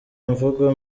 imvugo